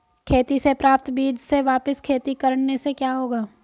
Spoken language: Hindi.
खेती से प्राप्त बीज से वापिस खेती करने से क्या होगा?